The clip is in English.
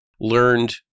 learned